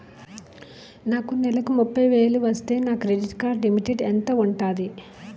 నాకు నెలకు ముప్పై వేలు వస్తే నా క్రెడిట్ కార్డ్ లిమిట్ ఎంత ఉంటాది?